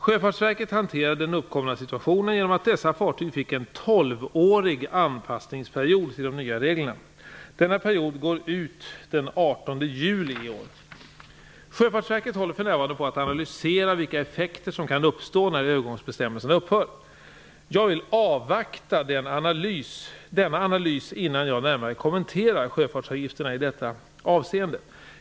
Sjöfartsverket hanterade den uppkomna situa tionen genom att dessa fartyg fick en tolvårig an passningsperiod till de nya reglerna. Denna pe riod går ut den 18 juli i år. Sjöfartsverket håller för närvarande på att ana lysera vilka effekter som kan uppstå när över gångsbestämmelserna upphör. Jag vill avvakta denna analys innan jag närmare kommenterar sjöfartsavgifterna i detta avseende.